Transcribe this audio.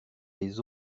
des